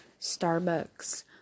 Starbucks